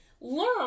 learn